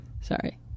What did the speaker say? Sorry